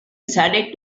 decided